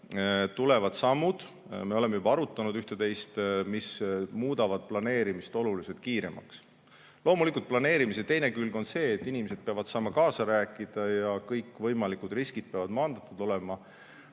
tulevad sammud – me oleme üht-teist juba arutanud –, mis muudavad planeerimise oluliselt kiiremaks. Loomulikult on planeerimise teine külg see, et inimesed peavad saama kaasa rääkida ja kõik võimalikud riskid peavad olema